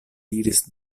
diris